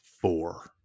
four